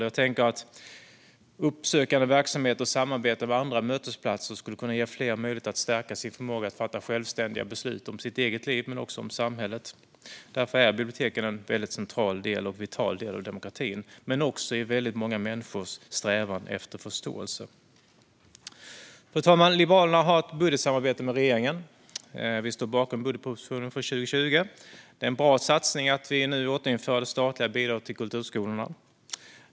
Jag tänker att uppsökande verksamhet och samarbete med andra mötesplatser skulle kunna ge fler möjlighet att stärka sin förmåga att fatta självständiga beslut om sitt eget liv men också om samhället. Därför är biblioteken en central och vital del av demokratin, men också i många människors strävan efter förståelse. Fru talman! Liberalerna har ett budgetsamarbete med regeringen. Vi står bakom budgetpropositionen för 2020. Det är en bra satsning att vi nu återinför det statliga bidraget till kulturskolorna.